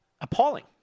appalling